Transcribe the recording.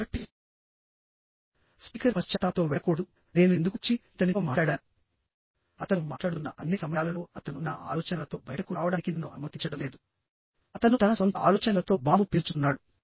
కాబట్టి స్పీకర్ పశ్చాత్తాపంతో వెళ్లకూడదు నేను ఎందుకు వచ్చి ఇతనితో మాట్లాడాను అతను మాట్లాడుతున్న అన్ని సమయాలలో అతను నా ఆలోచనలతో బయటకు రావడానికి నన్ను అనుమతించడం లేదు అతను తన సొంత ఆలోచనలతో బాంబు పేల్చుతున్నాడు